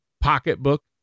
pocketbook